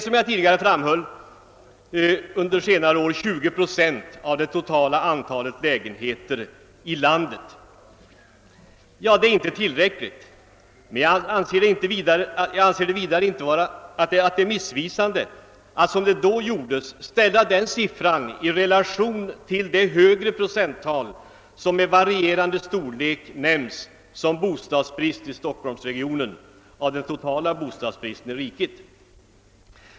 Som jag framhöll har Storstockholms andel under senare år uppgått till 20 procent av det totala antalet lägenheter i landet. Detta är inte tillräckligt, men jag anser att det är missvisande att som vid det nämnda tillfället ställa den siffran i relation till det högre procenttal som, med avseende på den totala bostadsbristen i riket, med varierande storlek nämns som bostadsbrist i Storstockholmsregionen.